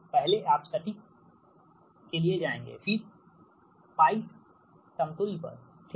पहले आप सटीक एक के लिए जाएंगे फिर π समतुल्य पर ठीक